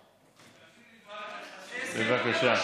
בבקשה.